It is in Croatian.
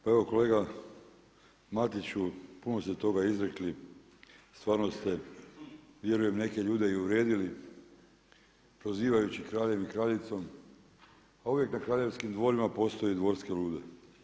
Pa evo kolega Matiću puno ste toga izrekli, stvarno ste vjerujem i neke ljude uvrijedili prozivajući kraljem i kraljicom, a uvijek na kraljevskim dvorima postoje dvorske lude.